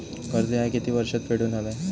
कर्ज ह्या किती वर्षात फेडून हव्या?